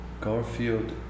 Garfield